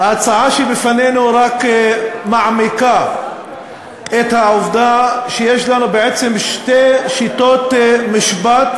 ההצעה שבפנינו רק מעמיקה את העובדה שיש לנו בעצם שתי שיטות משפט